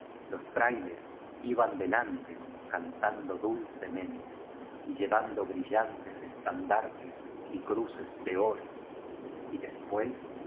los frailes iban delante cantando dulcemen te y llevando brillantes estandartes y cruces de oro y des